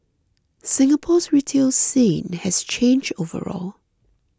Singapore's retail scene has changed overall